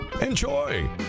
enjoy